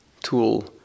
tool